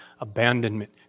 abandonment